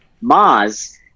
Mars